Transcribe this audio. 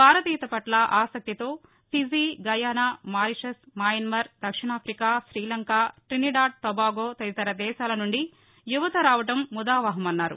భారతీయతపట్ల ఆసక్తితో Fiji Guyana Mauritius Myanmar దక్షిణాఫికా రీలంక ట్రీనిడాద్ టొబాగో తదితర దేశాల నుండి యువత రావటం ముదావహమన్నారు